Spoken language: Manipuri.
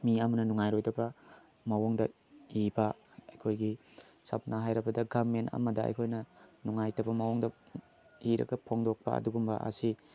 ꯃꯤ ꯑꯃꯅ ꯅꯨꯡꯉꯥꯏꯔꯣꯏꯗꯕ ꯃꯑꯣꯡꯗ ꯏꯕ ꯑꯩꯈꯣꯏꯒꯤ ꯁꯝꯅ ꯍꯥꯏꯔꯕꯗ ꯒꯕꯔꯃꯦꯟꯠ ꯑꯃꯗ ꯑꯩꯈꯣꯏꯅ ꯅꯨꯡꯉꯥꯏꯇꯕ ꯃꯑꯣꯡꯗ ꯏꯔꯒ ꯐꯣꯡꯗꯣꯛꯄ ꯑꯗꯨꯒꯨꯝꯕ ꯑꯁꯤ